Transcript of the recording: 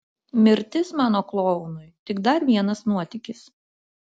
mirtis mano klounui tik dar vienas nuotykis